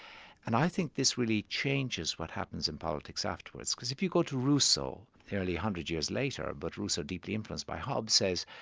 and i think this really changes what happens in politics afterwards, because if you go to rousseau, nearly one hundred years later, but rousseau deeply influenced by hobbes, says,